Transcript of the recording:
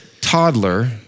toddler